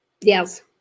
yes